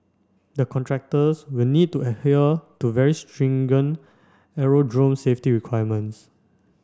the contractors will need to adhere to very stringent aerodrome safety requirements